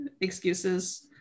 excuses